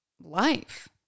life